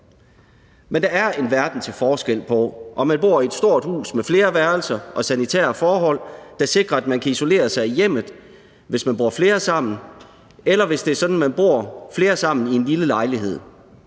Men der er en verden til forskel på, at man bor i et stort hus med flere værelser og sanitære forhold, der sikrer, at man kan isolere sig i hjemmet, hvis man bor flere sammen, i forhold til at det er sådan, at man bor flere sammen i en lille lejlighed.